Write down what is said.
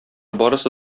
барысы